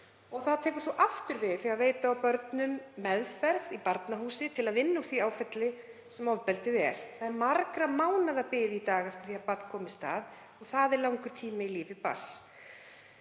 Það tekur svo aftur við þegar veita á börnum meðferð í Barnahúsi til að vinna úr því áfalli sem ofbeldið er. Það er margra mánaða bið í dag eftir að barn komist að. Það er langur tími í lífi barns.